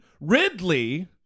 Ridley